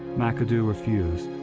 mcadoo refused.